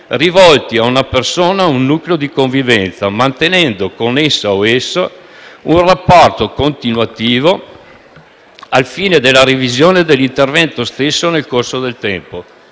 rivolti a una persona o a un nucleo di convivenza, mantenendo con essa o esso un rapporto continuativo al fine della revisione dell'intervento stesso nel corso del tempo.